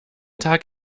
tag